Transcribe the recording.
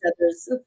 other's